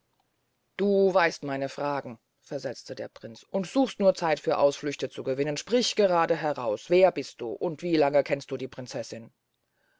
du weißt meine fragen versetzte der prinz und suchst nur zeit für ausflüchte zu gewinnen sprich grade heraus wer bist du und wie lange kennt dich die prinzessin